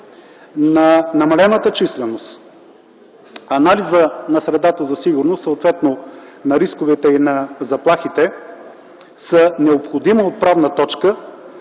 на намалената численост. Анализът на средата за сигурност, съответно на рисковете и на заплахите, са необходима отправна точка,